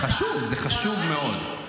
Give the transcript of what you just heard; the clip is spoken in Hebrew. חשוב, זה חשוב מאוד.